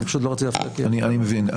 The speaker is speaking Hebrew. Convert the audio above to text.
אני מבין,